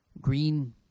green